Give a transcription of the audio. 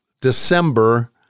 December